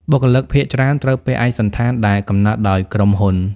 បុគ្គលិកភាគច្រើនត្រូវពាក់ឯកសណ្ឋានដែលកំណត់ដោយក្រុមហ៊ុន។